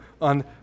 on